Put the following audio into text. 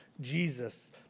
Jesus